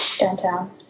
downtown